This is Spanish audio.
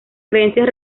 creencias